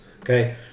Okay